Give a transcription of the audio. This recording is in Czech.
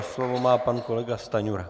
Slovo má pan kolega Stanjura.